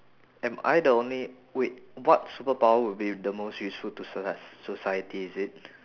am I the only wait what superpower would be the most useful to socie~ society is it